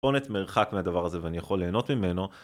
טיפונת מרחק מהדבר הזה ואני יכול ליהנות ממנו